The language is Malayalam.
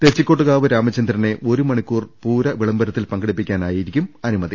തെച്ചിക്കോട്ടുകാവ് രാമചന്ദ്രനെ ഒരു മണിക്കൂർ പൂര വിളംബരത്തിൽ പങ്കെടുപ്പിക്കാനായിരിക്കും അനുമതി